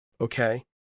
Okay